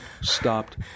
stopped